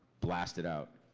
blast it out.